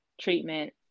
treatment